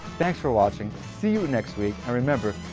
thanks for watching. see you next week. remember,